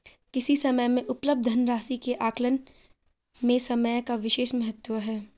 किसी समय में उपलब्ध धन राशि के आकलन में समय का विशेष महत्व है